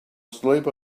asleep